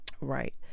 right